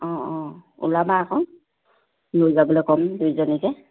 অঁ অঁ ওলাবা আকৌ লৈ যাবলৈ ক'ম দুইজনীকে